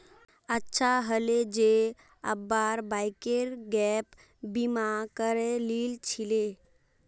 अच्छा हले जे अब्बार बाइकेर गैप बीमा करे लिल छिले